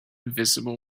visible